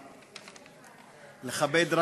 רק לכבד.